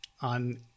on